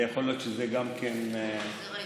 יכול להיות שזה גם כן, זירז.